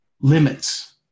limits